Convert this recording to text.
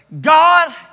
God